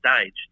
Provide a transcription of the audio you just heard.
stage